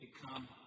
become